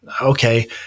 okay